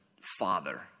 Father